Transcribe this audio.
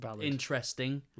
interesting